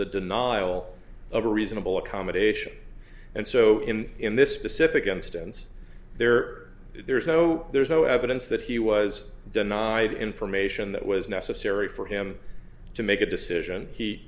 the denial of a reasonable accommodation and so in in this specific instance there there is no there is no evidence that he was denied information that was necessary for him to make a decision he